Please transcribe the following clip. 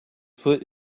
foot